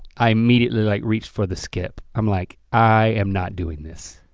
i immediately like reached for the skip. i'm like, i am not doing this.